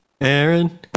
Aaron